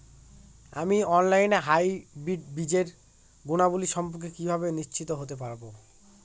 আমি অনলাইনে হাইব্রিড বীজের গুণাবলী সম্পর্কে কিভাবে নিশ্চিত হতে পারব?